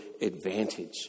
advantage